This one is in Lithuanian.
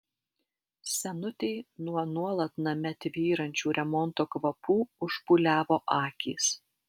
senutei nuo nuolat name tvyrančių remonto kvapų užpūliavo akys